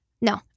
no